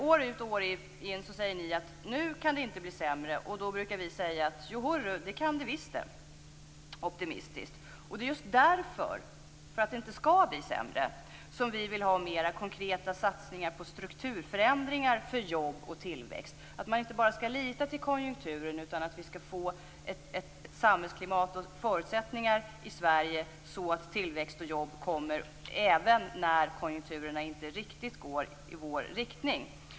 År ut och år in säger ni att det inte kan bli sämre. Då brukar vi optimistiskt säga att det visst kan det. Just därför att det inte skall bli sämre vill vi ha mer konkreta satsningar på strukturförändringar för jobb och tillväxt. Man kan inte bara lita till konjunkturen. Vi måste få ett samhällsklimat och förutsättningar i Sverige så att tillväxt och jobb kommer även när konjunkturerna inte riktigt går i vår riktning.